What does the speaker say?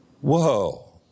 Whoa